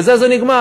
בזה זה נגמר.